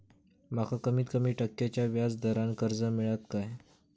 माका कमीत कमी टक्क्याच्या व्याज दरान कर्ज मेलात काय?